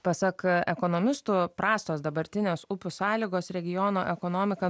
pasak ekonomistų prastos dabartinės upių sąlygos regiono ekonomiką